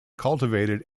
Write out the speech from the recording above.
cultivated